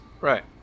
Right